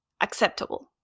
acceptable